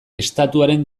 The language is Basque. estatuaren